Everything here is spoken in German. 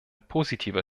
positiver